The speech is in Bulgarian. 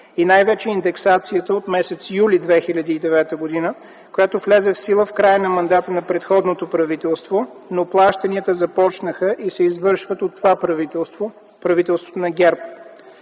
и най-вече индексацията от м. юли 2009 г., която влезе в сила в края на мандата на предходното правителство, но плащанията започнаха и се извършват от това правителство – правителството на ГЕРБ.